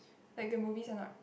like the movies are not